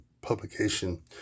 publication